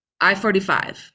i-45